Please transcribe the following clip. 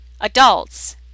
adults